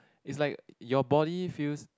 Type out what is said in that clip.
is like your body feels